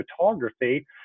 photography